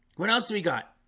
what else do we got?